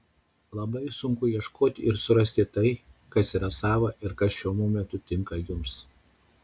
labai svarbu ieškoti ir surasti tai kas yra sava ir kas šiuo momentu tinka jums